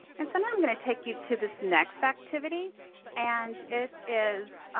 and so now i'm going to take you to this next activity and it is